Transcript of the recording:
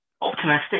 Optimistic